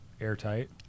airtight